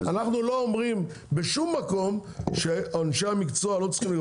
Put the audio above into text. אנחנו לא אומרים בשום מקום שאנשי המקצוע לא צריכים לקבוע,